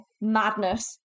madness